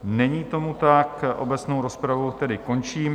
Není tomu tak, obecnou rozpravu tedy končím.